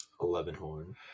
Elevenhorn